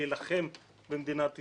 להילחם במדינת ישראל.